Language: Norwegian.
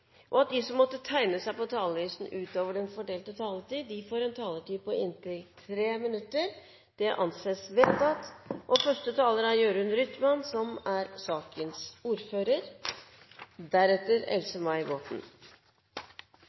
og at de som måtte tegne seg på talerlisten utover den fordelte taletid, får en taletid på inntil 3 minutter. – Det anses vedtatt. Det er en enstemmig komité som er